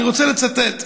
ואני רוצה לצטט.